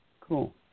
Cool